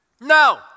No